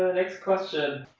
ah next question,